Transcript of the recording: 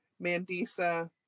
Mandisa